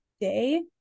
day